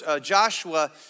Joshua